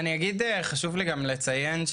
חשוב לי לציין,